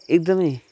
एकदमै